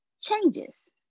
changes